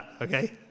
Okay